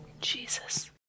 Jesus